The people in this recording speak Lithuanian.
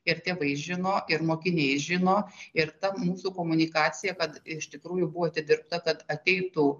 ir tėvai žino ir mokiniai žino ir ta mūsų komunikacija kad iš tikrųjų buvo atidirbta kad ateitų